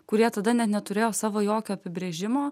kurie tada net neturėjo savo jokio apibrėžimo